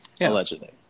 Allegedly